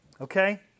Okay